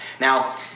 Now